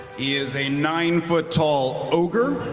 is a nine-foot-tall ogre.